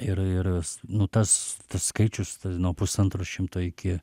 ir ir nu tas skaičius nuo pusantro šimto iki